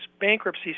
bankruptcy